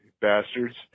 Bastards